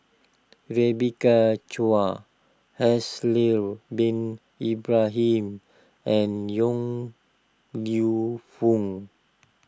Rebecca Chua Haslir Bin Ibrahim and Yong Lew Foong